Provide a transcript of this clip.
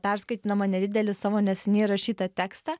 perskaitydama nedidelį savo neseniai rašytą tekstą